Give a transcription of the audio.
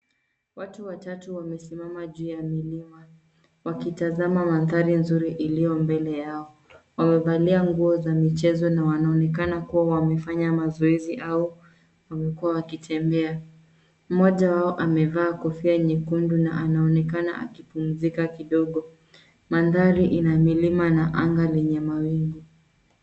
Watu watatu wamesimama juu ya milima wakitazama mandhari nzuri iliyo mbele yao. Wamevalia nguo za michezo na wanaonekana kuwa wamefanya mazoezi au wamekuwa wakitembea. Mmoja wao amevaa kofia nyekundu na anaonekana akipumzika kidogo. Mandhari ina milima na anga lenye mawingu.